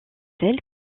celle